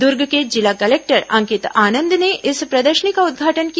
द्र्ग के जिला कलेक्टर अंकित आनंद ने इस प्रदर्शनी का उद्घाटन किया